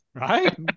Right